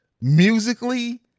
musically